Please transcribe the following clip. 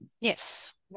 yes